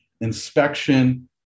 inspection